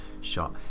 shot